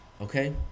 okay